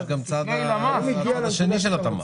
יש גם את הצד השני של התמ"ג,